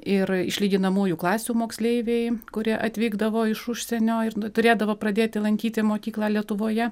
ir išlyginamųjų klasių moksleiviai kurie atvykdavo iš užsienio ir turėdavo pradėti lankyti mokyklą lietuvoje